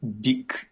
big